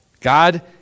God